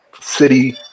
city